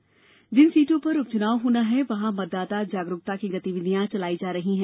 मतदाता जागरूकता जिन सीटों पर उप चुनाव होना है वहां मतदाता जागरूकता की गतिविधियां चलाई जा रही हैं